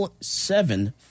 seven